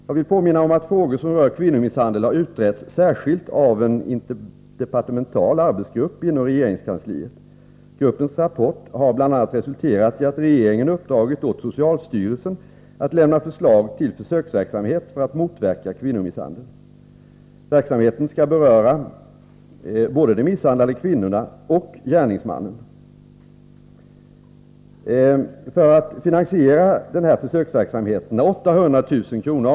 Jag vill påminna om att frågor som rör kvinnomisshandel har utretts särskilt av en interdepartemental arbetsgrupp inom regeringskansliet. Gruppens rapport har bl.a. resulterat i att regeringen uppdragit åt socialstyrelsen att lämna förslag till försöksverksamhet för att motverka kvinnomisshandel. Verksamheten skall beröra både de misshandlade kvinnorna och gärningsmännen. För att finansiera denna försöksverksamhet har 800 000 kr.